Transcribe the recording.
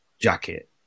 jacket